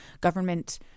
government